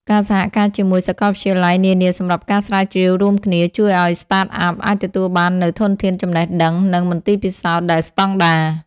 ការសហការជាមួយសកលវិទ្យាល័យនានាសម្រាប់ការស្រាវជ្រាវរួមគ្នា ជួយឱ្យ Startup អាចទទួលបាននូវធនធានចំណេះដឹង និងមន្ទីរពិសោធន៍ដែលស្តង់ដារ។